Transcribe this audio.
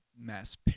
mass